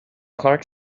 clark